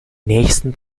nächsten